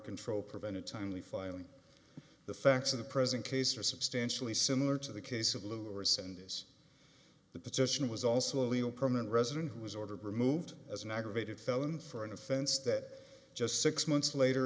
control prevented timely filing the facts in the present case are substantially similar to the case of lewis and is the petition was also a legal permanent resident who was ordered removed as an aggravated felon for an offense that just six months later